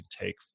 take